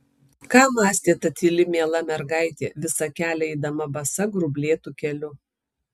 ką mąstė ta tyli miela mergaitė visą kelią eidama basa grublėtu keliu